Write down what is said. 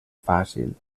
fàcil